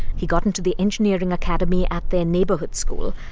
he got into the engineering academy at their neighborhood school,